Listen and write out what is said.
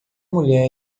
mulher